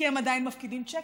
כי הם עדיין מפקידים צ'קים,